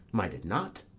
might it not?